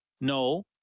No